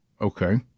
okay